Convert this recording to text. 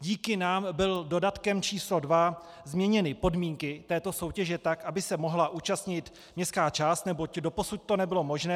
Díky nám byly dodatkem číslo 2 změněny podmínky této soutěže tak, aby se mohla účastnit městská část, neboť doposud to nebylo možné.